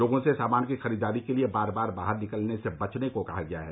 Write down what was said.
लोगों से सामान की खरीददारी के लिए बार बार बाहर निकलने से बचने को कहा गया है